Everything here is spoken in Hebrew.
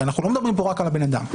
אנחנו הרי לא מדברים כאן רק על הבן אדם.